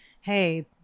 hey